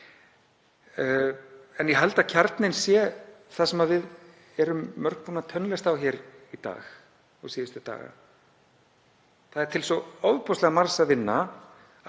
en ég held að kjarninn sé það sem við erum mörg búin að tönnlast á hér í dag og síðustu daga. Það er til svo ofboðslega margs að vinna